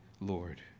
Lord